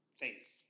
Thanks